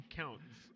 counts